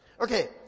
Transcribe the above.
Okay